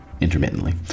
intermittently